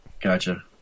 Gotcha